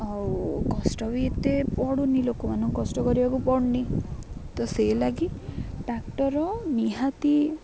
ଆଉ କଷ୍ଟ ବି ଏତେ ପଡ଼ୁନି ଲୋକମାନଙ୍କୁ କଷ୍ଟ କରିବାକୁ ପଡ଼ୁନି ତ ସେଇ ଲାଗି ଟ୍ରାକ୍ଟର୍ ନିହାତି